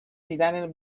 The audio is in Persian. دیدن